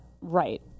right